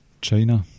China